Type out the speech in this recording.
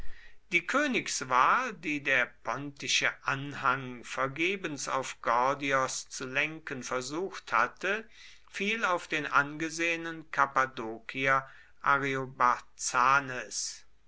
die königswahl die der pontische anhang vergebens auf gordios zu lenken versucht hatte fiel auf den angesehenen